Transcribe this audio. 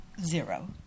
Zero